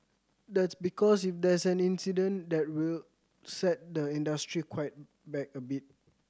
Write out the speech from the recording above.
that's because if there is an accident that will set the industry quite back a bit